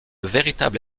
véritable